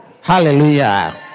Hallelujah